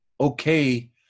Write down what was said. okay